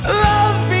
love